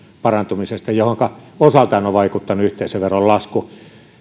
parantumisesta johonka osaltaan on vaikuttanut yhteisöveron lasku